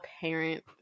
parent